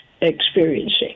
experiencing